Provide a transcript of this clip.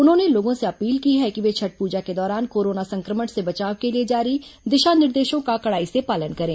उन्होंने लोगों से अपील की है कि वे छठ पूजा के दौरान कोरोना संक्रमण से बचाव के लिए जारी दिशा निर्देशों का कड़ाई से पालन करें